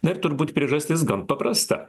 na ir turbūt priežastis gan paprasta